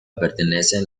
pertenecen